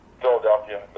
Philadelphia